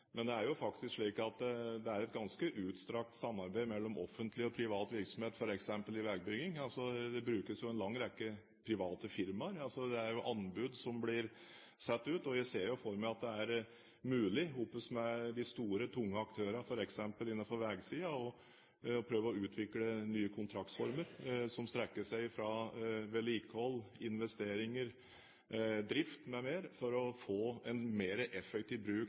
Men det er jo faktisk et ganske utstrakt samarbeid mellom offentlig og privat virksomhet f.eks. i veibygging. Det brukes en lang rekke private firmaer. Det er jo anbud som blir satt ut, og jeg ser for meg at det sammen med de store, tunge aktørene, f.eks. på veisiden, er mulig å prøve å utvikle nye kontraktsformer som strekker seg fra vedlikehold, investeringer, drift m.m. for å få en mer effektiv bruk